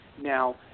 Now